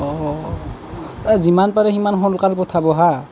যিমান পাৰে সিমান সোনকালে পঠাব হাঁ